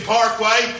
Parkway